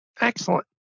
Excellent